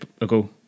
ago